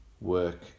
work